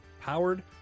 powered